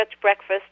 breakfast